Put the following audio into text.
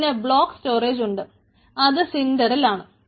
പിന്നെ block storage ഉണ്ട് അത് സിൻണ്ടറിൽ ആണ്